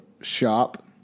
shop